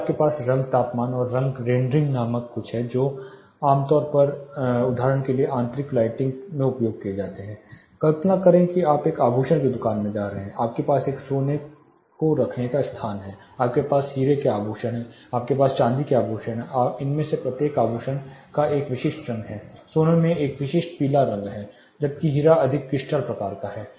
फिर आपके पास रंग तापमान और रंग रेंडरिंग नामक कुछ हैं जो आम तौर पर उदाहरण के लिए आंतरिक लाइटिंग में उपयोग किए जाते हैं कल्पना करें कि आप एक आभूषण की दुकान में जा रहे हैं आपके पास एक सोने को रखने का स्थान है आपके पास हीरे के आभूषण हैं आपके पास चांदी के आभूषण हैं इनमें से प्रत्येक आभूषण काएक विशिष्ट रंग है सोने में एक विशिष्ट पीला रंग का है जबकि हीरा अधिक क्रिस्टल प्रकार का है